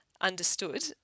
understood